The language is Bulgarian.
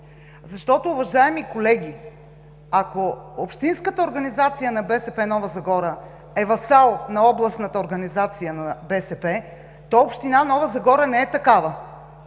Защото, уважаеми колеги, ако Общинската организация на БСП – Нова Загора, е васал на областната организация на БСП, то община Нова Загора не е такава.